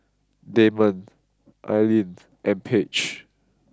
Damon Ailene and Paige